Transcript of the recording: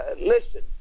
listen